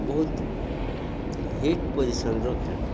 ବହୁତ ହିଟ୍ ପୋଜିସନ୍ର ଖେଳ